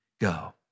go